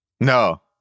No